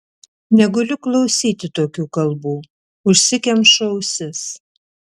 negaliu klausyti tokių kalbų užsikemšu ausis